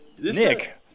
Nick